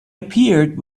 appeared